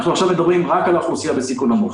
אנחנו מדברים עכשיו רק על האוכלוסייה בסיכון נמוך.